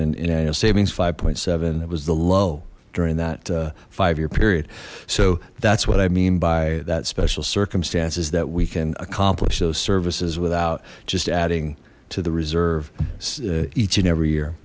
in savings five seven it was the low during that five year period so that's what i mean by that special circumstance is that we can accomplish those services without just adding to the reserve each and every year